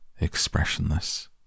Expressionless